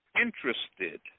interested